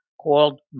called